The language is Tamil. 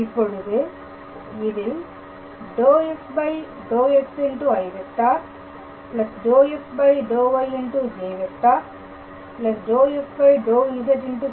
இப்பொழுது இதில் ∂f∂x i ∂f∂yj ∂f∂z k̂